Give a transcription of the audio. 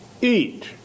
eat